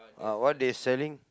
ah what they selling